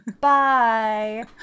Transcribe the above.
Bye